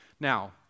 Now